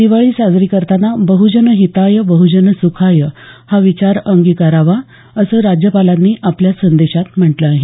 दिवाळी साजरी करताना बह्जन हिताय बह्जन सुखाय हा विचार अंगीकारावा असं राज्यपालांनी आपल्या संदेशात म्हटलं आहे